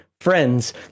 friends